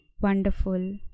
wonderful